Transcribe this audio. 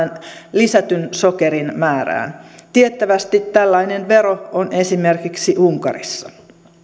lisätyn sokerin määrään tiettävästi tällainen vero on esimerkiksi unkarissa